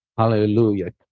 Hallelujah